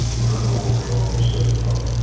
remember what was always said about